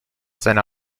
seiner